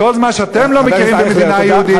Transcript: כל זמן שאתם לא מכירים במדינה יהודית,